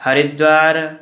Haridwar